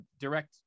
direct